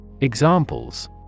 Examples